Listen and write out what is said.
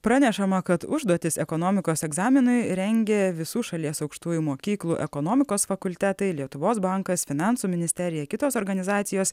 pranešama kad užduotis ekonomikos egzaminui rengia visų šalies aukštųjų mokyklų ekonomikos fakultetai lietuvos bankas finansų ministerija kitos organizacijos